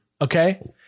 okay